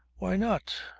why not?